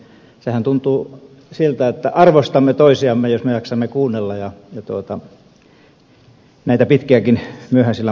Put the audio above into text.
sehän tuntuu siltä että arvostamme toisiamme jos me jaksamme kuunnella ja näitä pitkiäkin myöhäisillan puheita kestää